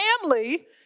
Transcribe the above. family